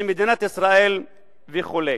של מדינת ישראל וכו'.